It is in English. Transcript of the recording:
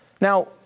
Now